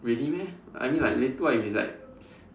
really meh I mean like later what if it's like